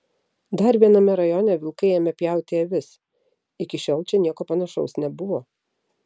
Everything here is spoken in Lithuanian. dar viename rajone vilkai ėmė pjauti avis iki šiol čia nieko panašaus nebuvo